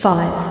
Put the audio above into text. Five